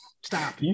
Stop